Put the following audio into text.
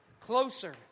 closer